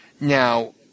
Now